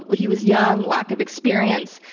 he was young, lack of experience.